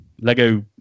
Lego